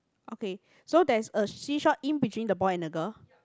okay so there's a seesaw in between the boy and the girl